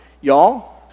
Y'all